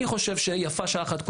אני חושב שיפה שעה אחת קודם.